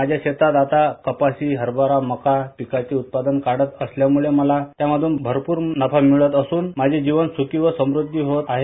माझ्या शेतात आता कपाशी हरबरा मक्का पिकांचे उत्पादन काढत असल्यामुळे मला त्यामधून भरपूर नफा मिळत असून माझे जिवन सूखी आणि समृध्दी होत आहे